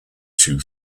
two